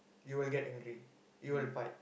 you will get angry you will fight